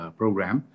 program